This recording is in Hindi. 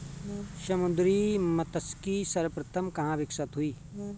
समुद्री मत्स्यिकी सर्वप्रथम कहां विकसित हुई?